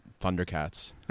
Thundercats